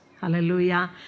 Hallelujah